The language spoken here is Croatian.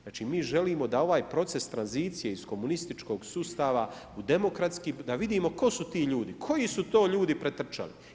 Znači mi želimo da ovaj proces tranzicije iz komunističkog sustava, demokratskog, da vidimo tko su ti ljudi, koji su to ljudi pretrčali.